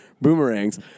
boomerangs